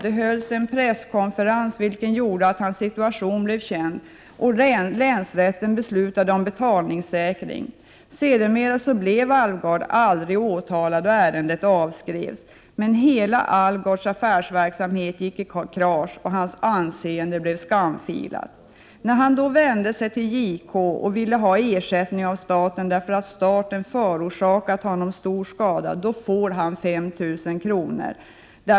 Det hölls en presskonferens, vilken gjorde att hans situation blev känd, och länsrätten beslutade om betalningssäkring. Sedermera blev Alvgard aldrig åtalad, och ärendet avskrevs. Men hela Alvgards affärsverksamhet gick i kras, och hans anseende blev skamfilat. När han då vände sig till JK och ville ha ersättning av staten därför att staten förorsakat honom stor skada fick han 5 000 kr.